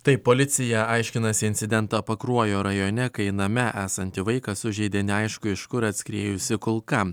taip policija aiškinasi incidentą pakruojo rajone kai name esantį vaiką sužeidė neaišku iš kur atskriejusi kulka